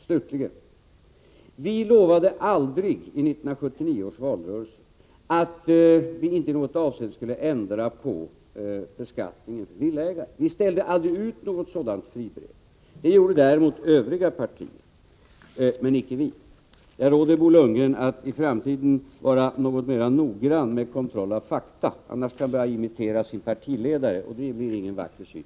Slutligen: Vi lovade aldrig i 1979 års valrörelse att vi inte i något avseende skulle ändra på beskattningen för villaägare. Vi lämnade aldrig något sådant fribrev. Det gjorde däremot övriga partier. Jag råder Bo Lundgren att i framtiden vara något mer noggrann med kontroll av fakta. Annars kan han börja imitera sin partiledare, och det blir ingen vacker syn.